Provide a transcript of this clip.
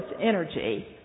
energy